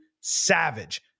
savage